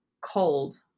cold